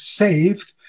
saved